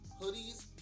hoodies